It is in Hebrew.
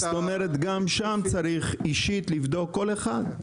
זאת אומרת, גם שם צריך לבדוק כל אחד אישית.